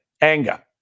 anger